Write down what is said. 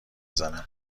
زنم